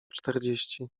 czterdzieści